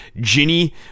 Ginny